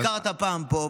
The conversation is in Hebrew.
ביקרת פעם פה,